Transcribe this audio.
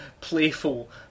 playful